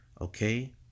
okay